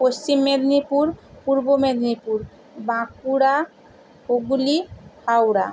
Paschim Medinipur Purba Medinipur Bankura Hooghly Howrah